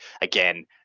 again